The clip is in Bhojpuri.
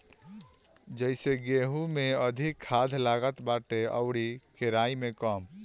जइसे गेंहू में अधिका खाद लागत बाटे अउरी केराई में कम